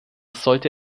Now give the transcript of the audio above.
sollte